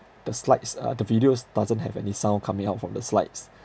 the slides uh the videos doesn't have any sound coming out from the slides